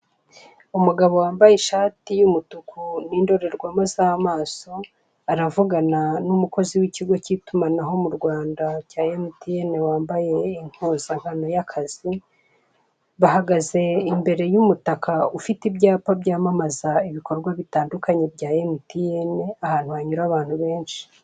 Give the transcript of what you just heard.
Umugabo wambaye ishati y'umutuku n'indorerwamo z'amaso aravugana n'umukozi w'ikigo cy'itumanaho mu Rwanda cya emutiyeni wambaye impuzankano y'akazi, bahagaze imbere y'umutaka ufite ibyapa byamamaza ibikorwa bitandukanye bya emutiyeni ahantu hanyura abantu benshi.